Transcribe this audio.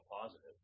positive